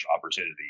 opportunity